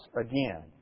again